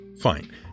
Fine